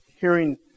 hearing